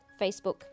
facebook